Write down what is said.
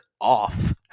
off